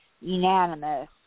unanimous